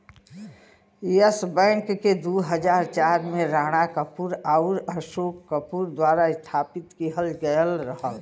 yes Bank के दू हज़ार चार में राणा कपूर आउर अशोक कपूर द्वारा स्थापित किहल गयल रहल